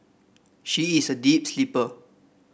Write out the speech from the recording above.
she is a deep sleeper